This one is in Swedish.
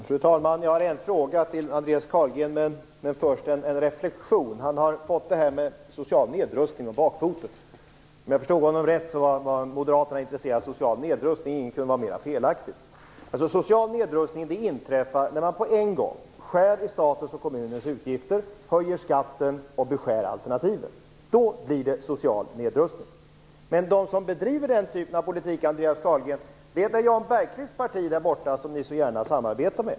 Fru talman! Jag har en fråga till Andreas Carlgren, men först en reflexion. Andreas Carlgren har fått detta med social nedrustning om bakfoten. Om jag förstod honom rätt var Moderaterna enligt honom bara intresserade av social nedrustning. Ingenting kunde vara med felaktigt. Social nedrustning inträffar när man på en gång skär ned i statens och kommunernas utgifter, höjer skatten och beskär alternativen. Då blir det alltså social nedrustning. De som bedriver den typen av politik, Andreas Carlgren, är Jan Bergqvists parti, som ni så gärna samarbetar med.